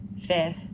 fifth